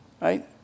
right